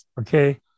Okay